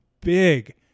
big